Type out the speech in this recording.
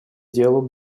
делу